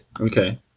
Okay